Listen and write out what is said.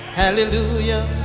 hallelujah